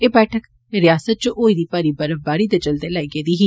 एह् बैठक रियासत च होई दी भारी बर्फबारी दे चलदे लाई गेदी ही